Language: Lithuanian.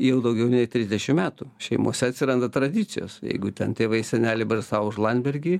jau daugiau nei trisdešim metų šeimose atsiranda tradicijos jeigu ten tėvai seneliai balsavo už landsbergį